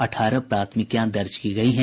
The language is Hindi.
अठारह प्राथमिकियां दर्ज की गयी हैं